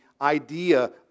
idea